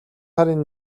сарын